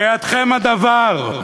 בידכם הדבר.